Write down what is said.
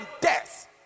death